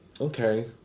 Okay